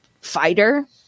fighter